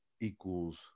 equals